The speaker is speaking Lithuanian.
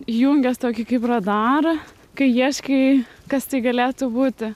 įjungęs tokį kaip radarai kai ieškai kas tai galėtų būti